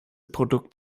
produkt